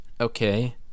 okay